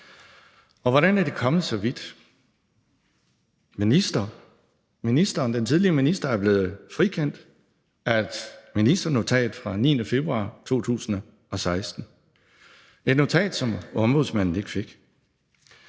Hvordan er det kommet så vidt? Den tidligere minister er blevet frikendt af et ministernotat fra den 9. februar 2016 – et notat, som Ombudsmanden ikke fik.